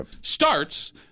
Starts